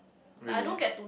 really